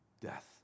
Death